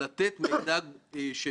זו נקודה בעניין הזה.